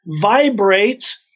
vibrates